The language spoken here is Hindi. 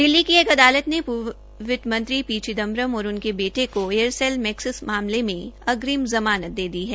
दिल्ली की एक अदालत ने पूर्व वित्तमंत्री पी चिंदम्बरम और उनके बेटे को एयरसेल मैक्सिस मामले में अग्रिम ज़मानत दे दी है